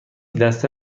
دسته